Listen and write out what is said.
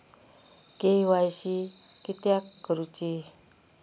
KYC किदयाक करूची?